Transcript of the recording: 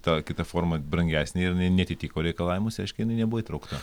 ta kita forma brangesnė ir jinai neatitiko reikalavimus reiškia jinai nebuvo įtraukta